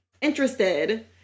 interested